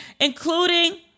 including